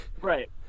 right